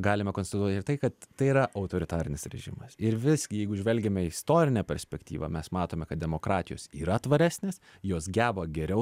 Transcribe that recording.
galime konstatuoti ir tai kad tai yra autoritarinis režimas ir visgi jeigu žvelgiame į istorinę perspektyvą mes matome kad demokratijos yra tvaresnės jos geba geriau